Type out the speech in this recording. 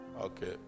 Okay